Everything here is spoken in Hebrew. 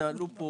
שהתנהלו פה